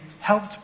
helped